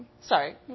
Sorry